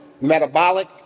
metabolic